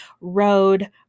road